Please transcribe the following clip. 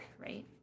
right